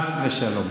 חס ושלום.